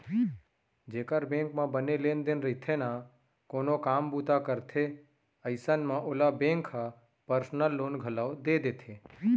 जेकर बेंक म बने लेन देन रइथे ना कोनो काम बूता करथे अइसन म ओला बेंक ह पर्सनल लोन घलौ दे देथे